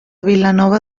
vilanova